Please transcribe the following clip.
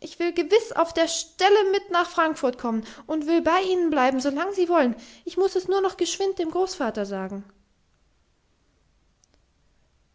ich will gewiß auf der stelle mit nach frankfurt kommen und will bei ihnen bleiben so lang sie wollen ich muß es nur noch geschwind dem großvater sagen